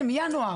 כן, מינואר.